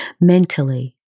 mentally